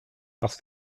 parce